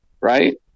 right